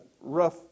rough